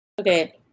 Okay